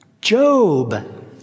Job